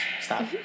Stop